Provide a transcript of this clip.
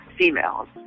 females